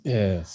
yes